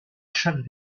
chaque